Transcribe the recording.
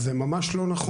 זה ממש לא נכון.